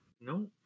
No